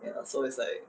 ya so it's like